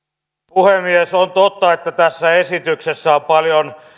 puhemies on totta että tässä esityksessä on paljon